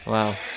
Wow